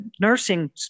nursing